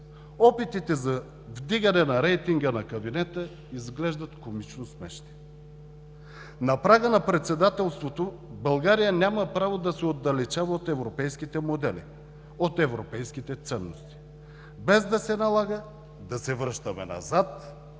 Опитите за вдигане на рейтинга на кабинета изглеждат комично смешни. На прага на председателството България няма право да се отдалечава от европейските модели, от европейските ценности. Без да се налага да се връщаме назад,